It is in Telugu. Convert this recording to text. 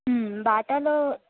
బాటాలో